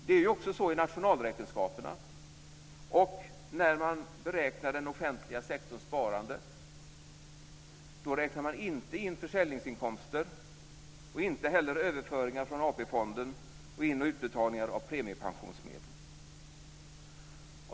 Det är också så i nationalräkenskaperna och när man beräknar den offentliga sektorns sparande.